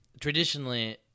Traditionally